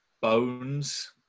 bones